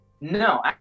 no